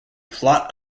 plot